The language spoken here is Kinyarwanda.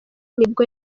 nibwo